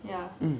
mm